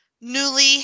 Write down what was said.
newly